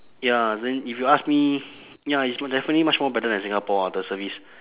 ya then if you ask me ya it's definitely much more better than singapore ah the service